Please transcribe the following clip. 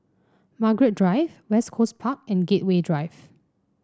Margaret Drive West Coast Park and Gateway Drive